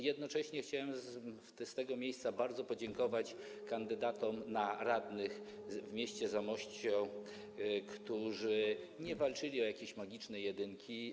Jednocześnie chciałem z tego miejsca bardzo podziękować kandydatom na radnych w Zamościu, którzy nie walczyli o jakieś magiczne jedynki.